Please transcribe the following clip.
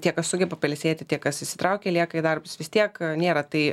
tie kas sugeba pailsėti tie kas įsitraukia lieka į darbus vis tiek nėra tai